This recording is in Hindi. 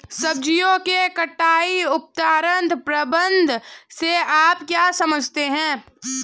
सब्जियों के कटाई उपरांत प्रबंधन से आप क्या समझते हैं?